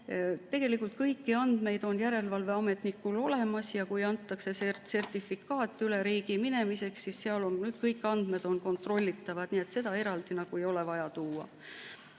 Tegelikult kõik andmed on järelevalveametnikul olemas ja kui antakse sertifikaat üle riigi minemiseks, siis on seal kõik andmed kontrollitavad, nii et seda eraldi ei ole vaja tuua.